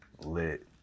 lit